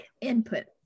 input